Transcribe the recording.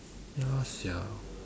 ya sia